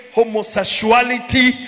homosexuality